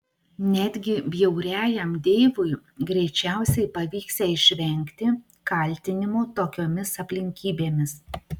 netgi bjauriajam deivui greičiausiai pavyksią išvengti kaltinimų tokiomis aplinkybėmis